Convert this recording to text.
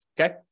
Okay